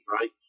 right